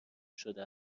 شده